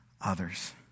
others